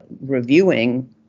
reviewing